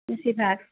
বেছিভাগ